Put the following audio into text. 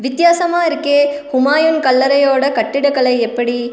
வித்தியாசமாக இருக்கே ஹூமாயூன் கல்லறையோடய கட்டிடக்கலை எப்படி